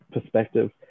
perspective